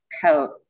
coat